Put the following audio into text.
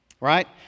Right